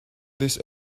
this